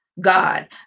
God